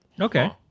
okay